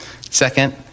Second